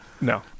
No